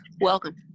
Welcome